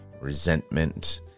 resentment